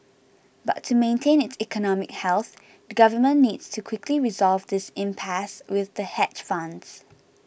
but to maintain its economic health the government needs to quickly resolve this impasse with the hedge funds